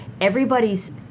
Everybody's